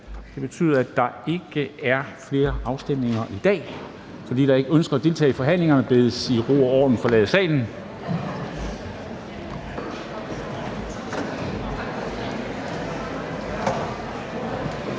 Det betyder, at der ikke er flere afstemninger i dag, så de, der ikke ønsker at deltage i forhandlingerne, bedes i god ro og orden forlade salen.